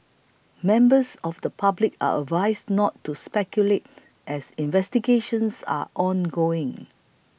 members of the public are advised not to speculate as investigations are ongoing